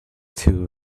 two